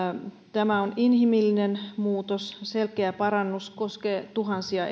tämä on inhimillinen muutos selkeä parannus koskee tuhansia